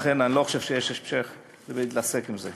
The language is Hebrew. לכן אני לא חושב שיש להתעסק עם זה.